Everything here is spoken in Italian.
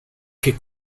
che